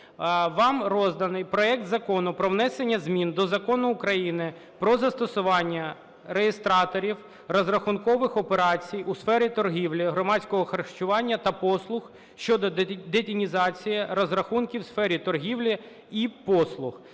Вам розданий проект Закону про внесення змін до Закону України "Про застосування реєстраторів розрахункових операцій у сфері торгівлі, громадського харчування та послуг" щодо детінізації розрахунків у сфері торгівлі і послуг